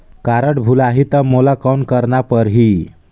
Card भुलाही ता मोला कौन करना परही?